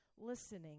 listening